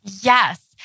Yes